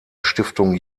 stiftung